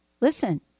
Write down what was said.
listen